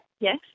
Yes